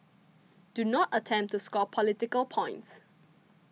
do not attempt to score political points